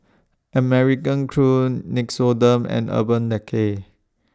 American Crew Nixoderm and Urban Decay